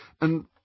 and